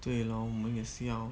对 lor 我们也是要